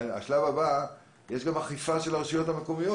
בשלב הבא תהיה גם אכיפה של הרשויות המקומיות.